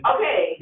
Okay